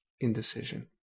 indecision